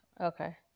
Okay